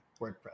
wordpress